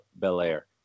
Belair